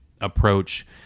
approach